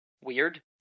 weird